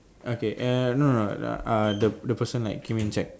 okay err no no uh the the person like came and check